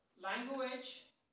Language